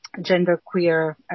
genderqueer